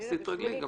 אז תתרגלי.